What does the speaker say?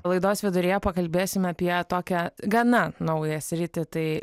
laidos viduryje pakalbėsim apie tokią gana naują sritį tai